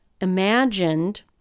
imagined